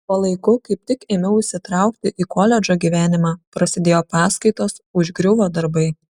tuo laiku kaip tik ėmiau įsitraukti į koledžo gyvenimą prasidėjo paskaitos užgriuvo darbai